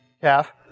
calf